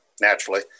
naturally